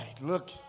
Look